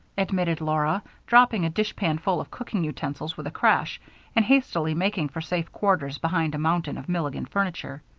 admitted laura, dropping a dishpanful of cooking utensils with a crash and hastily making for safe quarters behind a mountain of milligan furniture,